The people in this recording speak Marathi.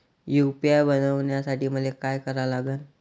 यू.पी.आय बनवासाठी मले काय करा लागन?